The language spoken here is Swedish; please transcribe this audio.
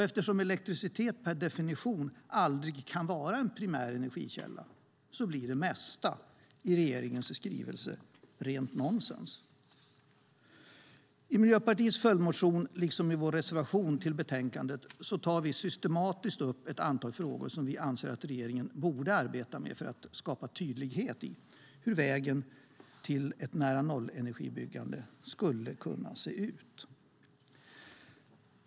Eftersom elektricitet per definition aldrig kan vara en primär energikälla blir det mesta i regeringens skrivelse rent nonsens. I Miljöpartiets följdmotion liksom i vår reservation i betänkandet tar vi systematiskt upp ett antal frågor som vi anser att regeringen borde arbeta med för att skapa tydlighet i hur vägen till ett nära-nollenergibyggande skulle kunna se ut.